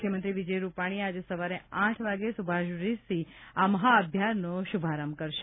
મુખ્યમંત્રી વિજય રૂપાણી આજે સવારે આઠ વાગે સુભાષ બ્રિજથી આ મહાઅભિયાનનો શુભારંભ કરશે